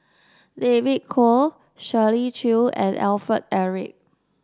David Kwo Shirley Chew and Alfred Eric